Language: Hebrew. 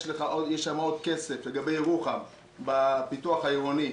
יש שם עוד כסף לגבי ירוחם בפיתוח העירוני,